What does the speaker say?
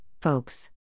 folks